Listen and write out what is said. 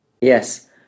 Yes